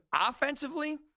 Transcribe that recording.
offensively